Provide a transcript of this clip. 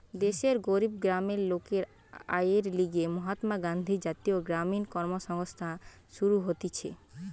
দেশের গরিব গ্রামের লোকের আয়ের লিগে মহাত্মা গান্ধী জাতীয় গ্রামীণ কর্মসংস্থান শুরু হতিছে